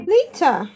Lita